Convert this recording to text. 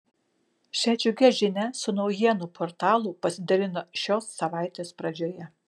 šia džiugia žinia su naujienų portalu pasidalino šios savaitės pradžioje